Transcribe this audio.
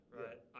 right